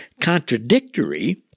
contradictory